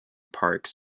parks